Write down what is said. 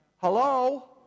Hello